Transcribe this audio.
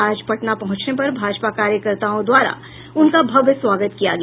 आज पटना पहुंचने पर भाजपा कार्यकर्ताओं द्वारा उनका भव्य स्वागत किया गया